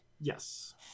Yes